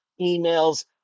emails